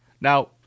Now